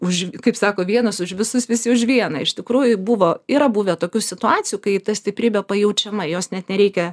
už kaip sako vienas už visus visi už vieną iš tikrųjų buvo yra buvę tokių situacijų kai ta stiprybė pajaučiama jos net nereikia